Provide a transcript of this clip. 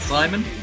Simon